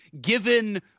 given